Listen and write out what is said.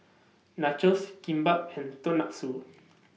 Nachos Kimbap and Tonkatsu